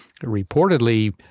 Reportedly